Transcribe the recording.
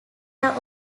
are